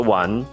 one